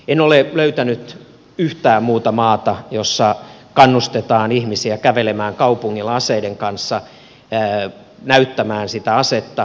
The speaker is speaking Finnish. en ole löytänyt yhtään muuta maata jossa kannustetaan ihmisiä kävelemään kaupungilla aseen kanssa näyttämään sitä asetta poliisille